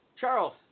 Charles